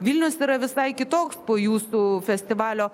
vilnius yra visai kitoks po jūsų festivalio